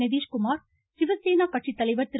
நிதிஷ்குமார் சிவசேனா கட்சி தலைவர் திரு